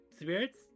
spirits